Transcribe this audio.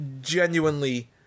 genuinely